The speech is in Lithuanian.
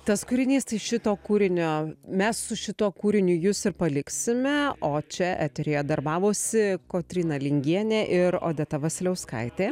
tas kūrinys tai šito kūrinio mes su šituo kūriniu jus ir paliksime o čia eteryje darbavosi kotryna lingienė ir odeta vasiliauskaitė